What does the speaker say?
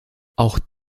auch